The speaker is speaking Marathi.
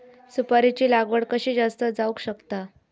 सुपारीची लागवड कशी जास्त जावक शकता?